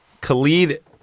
Khalid